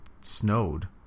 snowed